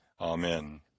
Amen